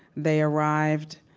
they arrived